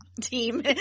team